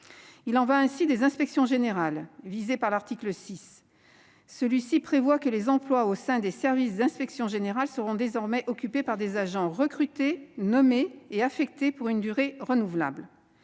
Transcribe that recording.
Il en va ainsi des inspections générales : en vertu de l'article 6 de l'ordonnance, les emplois au sein des services d'inspection générale seront désormais occupés par des agents recrutés, nommés et affectés pour une durée renouvelable.